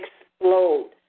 explode